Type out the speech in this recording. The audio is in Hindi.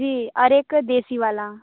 जी और एक देशी वाला